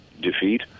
defeat